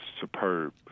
superb